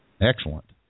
Excellent